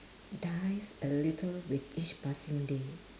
dies a little with each passing day